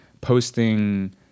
posting